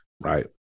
right